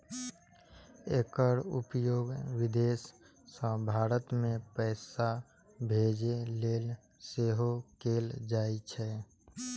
एकर उपयोग विदेश सं भारत मे पैसा भेजै लेल सेहो कैल जाइ छै